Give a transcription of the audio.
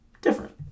different